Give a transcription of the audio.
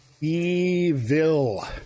evil